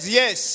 yes